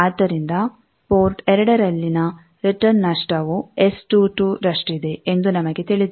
ಆದ್ದರಿಂದ ಪೋರ್ಟ್ 2 ರಲ್ಲಿನ ರಿಟರ್ನ್ ನಷ್ಟವು S22 ರಷ್ಟಿದೆ ಎಂದು ನಮಗೆ ತಿಳಿದಿದೆ